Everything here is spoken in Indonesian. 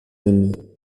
ini